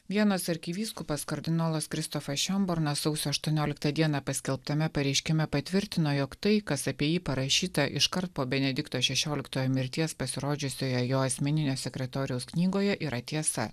vienos arkivyskupas kardinolas kristofas šenbornas sausio aštuonioliktą dieną paskelbtame pareiškime patvirtino jog tai kas apie jį parašyta iškart po benedikto šešioliktojo mirties pasirodžiusioje jo asmeninio sekretoriaus knygoje yra tiesa